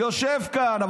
יושב כאן.